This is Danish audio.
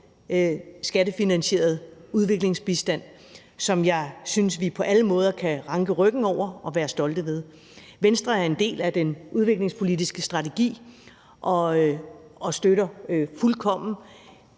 skattefinansieret udviklingsbistand, som jeg synes vi på alle måder kan ranke ryggen over og være stolte ved. Venstre er en del af den udviklingspolitiske strategi og støtter fuldkommen